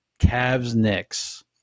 Cavs-Knicks